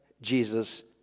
Jesus